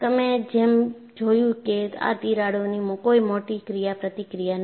તમે જેમ જોયું કે આ તિરાડોની કોઈ મોટી ક્રિયા પ્રતિક્રિયા નથી